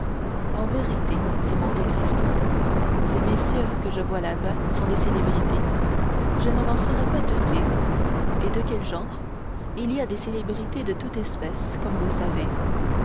en vérité dit monte cristo ces messieurs que je vois là-bas sont des célébrités je ne m'en serais pas douté et de quel genre il y a des célébrités de toute espèce comme vous savez